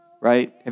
right